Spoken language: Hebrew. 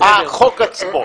החוק עצמו.